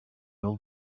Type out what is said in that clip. old